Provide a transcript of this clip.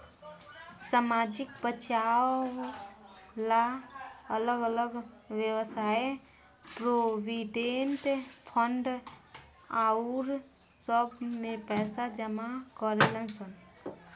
सामाजिक बचाव ला अलग अलग वयव्साय प्रोविडेंट फंड आउर सब में पैसा जमा करेलन सन